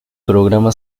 programa